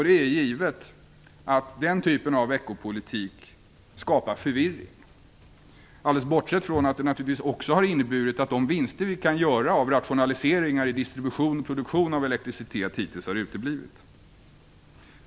Det är givet att den typen av veckopolitik skapar förvirring, alldeles bortsett från att det naturligtvis också har inneburit att de vinster vi kan göra på rationaliseringar i distribution och produktion av elektricitet hittills har uteblivit.